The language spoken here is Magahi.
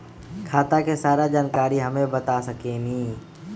खाता के सारा जानकारी हमे बता सकेनी?